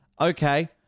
okay